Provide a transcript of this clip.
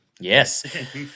Yes